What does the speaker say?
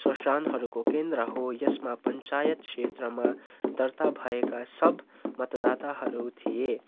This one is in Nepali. स्व शासनहरूको केन्द्र हो यसमा पञ्चायत क्षेत्रमा दर्ता भएका सब मतदाताहरू थिए